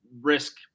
risk